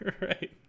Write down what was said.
Right